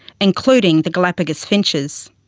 including the galapagos finches.